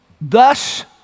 Thus